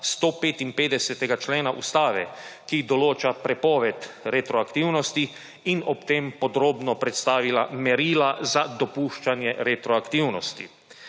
155. člena Ustave, ki določa prepoved retroaktivnosti, in ob tem podrobno predstavila merila za dopuščanje retroaktivnosti.